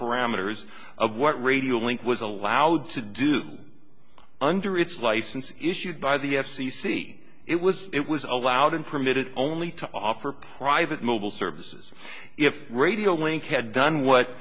parameters of what radio link was allowed to do under its license issued by the f c c it was it was allowed and permitted only to offer private mobile services if radio link had done what